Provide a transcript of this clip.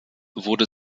wurde